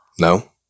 No